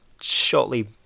shortly